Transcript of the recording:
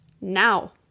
now